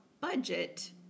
budget